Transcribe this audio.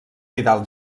vidal